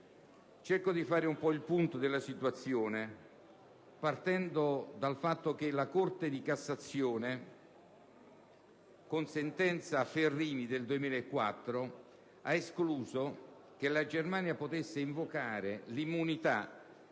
Cerco di fare il punto della situazione, partendo dal fatto che la Corte di Cassazione, con la cosiddetta sentenza Ferrini del 2004, ha escluso che la Germania potesse invocare l'immunità